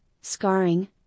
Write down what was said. scarring